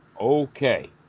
okay